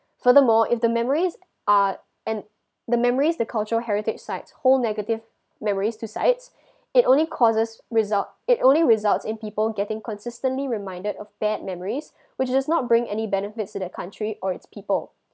furthermore if the memories are and the memories the culture heritage sites hold negative memories to sites it only causes result it only results in people getting consistently reminded of bad memories which does not bring any benefits to their country or it's people